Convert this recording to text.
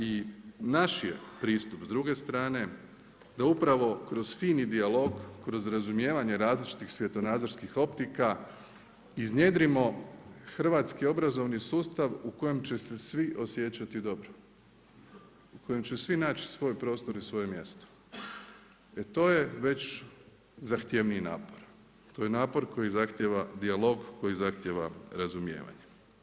I naš je pristup s druge strane da upravo kroz fini dijalog, kroz razumijevanje različitih svjetonazorskih optika iznjedrimo hrvatski obrazovni sustav u kojem će se svi osjećati dobro, u kojem će svi naći svoj prostor i svoje mjesto jer to je već zahtjevniji napor, to je napor koji zahtjeva dijalog, koji zahtjeva razumijevanje.